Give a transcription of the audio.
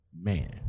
man